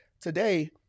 today